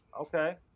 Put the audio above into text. Okay